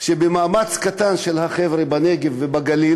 שבמאמץ קטן של החבר'ה בנגב ובגליל,